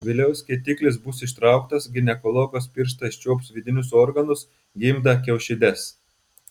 vėliau skėtiklis bus ištrauktas ginekologas pirštais čiuops vidinius organus gimdą kiaušides